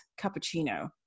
cappuccino